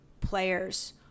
players